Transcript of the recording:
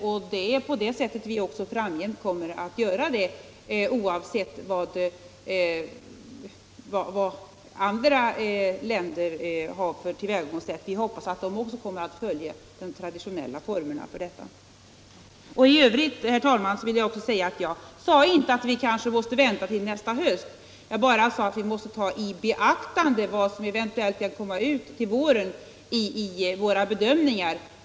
Så kommer vi också framgent att handla oavsett andra länders tillvägagångssätt. Vi hoppas att de också kommer att följa de traditionella formerna. Jag sade inte att vi kanske måste vänta med en utvidgning till nästa höst. Jag sade bara att vi måste beakta vad som eventuellt kommer till våren.